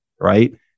right